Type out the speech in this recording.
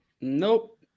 nope